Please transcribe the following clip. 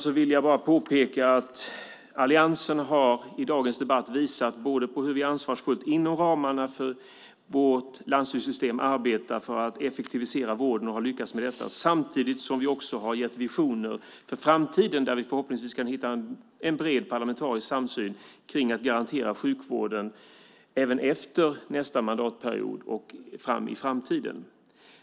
Jag vill påpeka att Alliansen i dagens debatt har visat på hur vi ansvarsfullt inom ramarna för vårt landstingssystem arbetar för att effektivisera vården och har lyckats med detta samtidigt som vi har gett visioner för framtiden. Vi kan förhoppningsvis hitta en bred parlamentarisk samsyn kring att garantera sjukvården även efter nästa mandatperiod i framtiden.